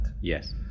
Yes